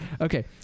Okay